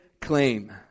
claim